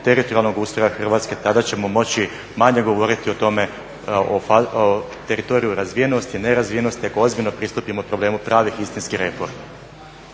teritorijalnog ustroja Hrvatske. Tada ćemo moći manje govoriti o tome, o teritoriju razvijenosti, nerazvijenosti, ako ozbiljno pristupimo problemu pravih, istinskih reformi.